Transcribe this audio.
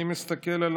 אני מסתכל על